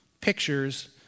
pictures